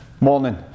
morning